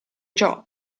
ciò